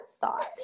thought